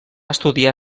estudiar